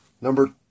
Number